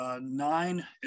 Nine